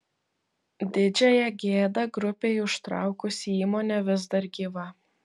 didžiąją gėdą grupei užtraukusi įmonė vis dar gyva